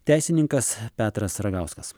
teisininkas petras ragauskas